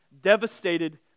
devastated